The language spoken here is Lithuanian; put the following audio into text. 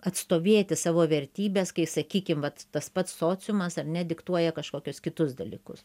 atstovėti savo vertybes kai sakykim vat tas pats sociumas ar ne diktuoja kažkokius kitus dalykus